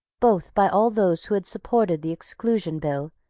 both by all those who had supported the exclusion bill,